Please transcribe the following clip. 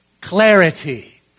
clarity